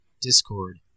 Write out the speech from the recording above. Discord